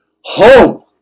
home